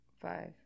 five